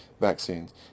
vaccines